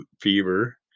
fever